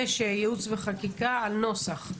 זה שייעוץ וחקיקה על נוסח.